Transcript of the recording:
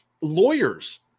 Lawyers